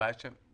הבעיה היא כן.